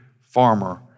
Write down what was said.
farmer